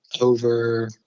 over